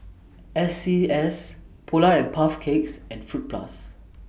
S C S Polar and Puff Cakes and Fruit Plus